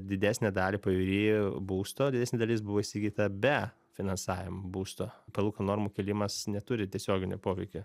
didesnę dalį pajūry būsto didesnė dalis buvo įsigyta be finansavimo būsto palūkanų normų kėlimas neturi tiesioginio poveikio